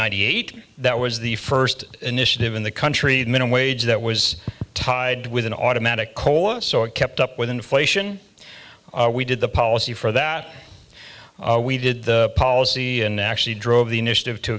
eighty eight that was the first initiative in the country the minimum wage that was tied with an automatic cola so it kept up with inflation we did the policy for that we did the policy and actually drove the initiative to